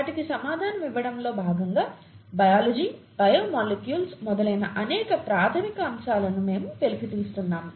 వాటికి సమాధానమివ్వడంలో భాగంగా బయాలజీ బయో మాలిక్యూల్స్ మొదలైన అనేక ప్రాథమిక అంశాలను మేము వెలికితీస్తున్నాము